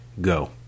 Go